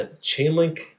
Chainlink